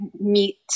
meet